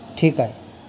ठीक आहे